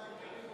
להצבעה.